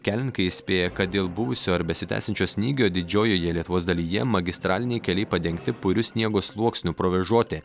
kelininkai įspėja kad dėl buvusio ar besitęsiančio snygio didžiojoje lietuvos dalyje magistraliniai keliai padengti puriu sniego sluoksniu provėžoti